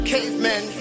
Cavemen